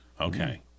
Okay